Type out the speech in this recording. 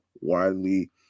widely